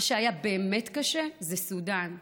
מה שהיה באמת קשה זה סודן,